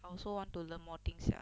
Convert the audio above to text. I also want to learn more things sia